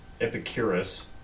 Epicurus